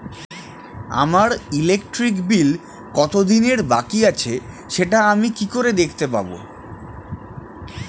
আমার electric bill কত দিনের বাকি আছে সেটা আমি কি করে দেখতে পাবো?